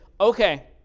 okay